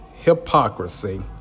hypocrisy